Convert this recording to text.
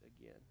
again